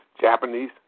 Japanese